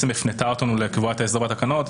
שהפנתה אותנו לקבוע את ההסדר בתקנות,